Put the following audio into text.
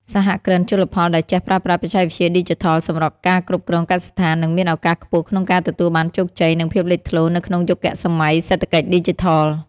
សហគ្រិនជលផលដែលចេះប្រើប្រាស់បច្ចេកវិទ្យាឌីជីថលសម្រាប់ការគ្រប់គ្រងកសិដ្ឋាន នឹងមានឱកាសខ្ពស់ក្នុងការទទួលបានជោគជ័យ និងភាពលេចធ្លោនៅក្នុងយុគសម័យសេដ្ឋកិច្ចឌីជីថល។